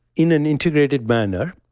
in an integrated manner,